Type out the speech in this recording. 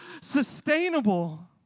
sustainable